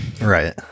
Right